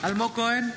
אלמוג כהן,